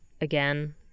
again